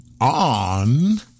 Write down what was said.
on